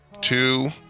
two